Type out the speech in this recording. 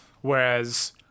whereas